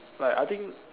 like I think